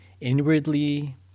Inwardly